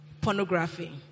Pornography